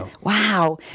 Wow